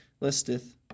listeth